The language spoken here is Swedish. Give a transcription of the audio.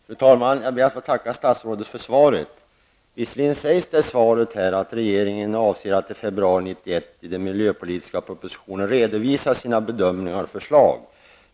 Fru talman! Jag ber att få tacka statsrådet för svaret. Visserligen sägs i svaret att regeringen avser att i februari 1991 i den miljöpolitiska propositionen redovisa sina bedömningar och förslag.